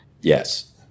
Yes